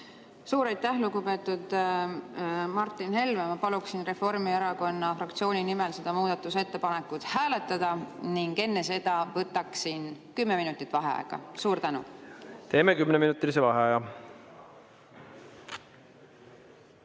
Suur aitäh, lugupeetud Martin Helme! Ma paluksin Reformierakonna fraktsiooni nimel seda muudatusettepanekut hääletada ning enne seda võtaksin kümme minutit vaheaega. Teeme kümneminutilise vaheaja.V